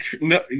no